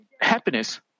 Happiness